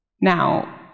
Now